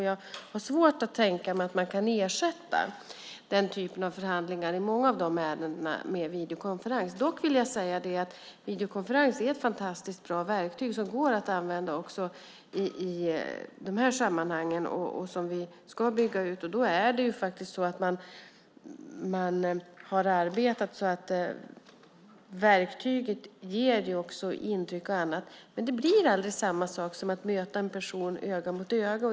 Jag har svårt att tänka mig att man kan ersätta den typen av förhandlingar i många av de ärendena med videokonferens. Dock vill jag säga att videokonferens är ett fantastiskt bra verktyg som går att använda också i de här sammanhangen och något som vi ska bygga ut. Man har arbetat på det sättet att verktyget ger intryck, men det blir aldrig samma sak som att möta en person öga mot öga.